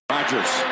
Rodgers